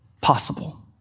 possible